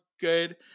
good